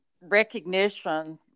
recognition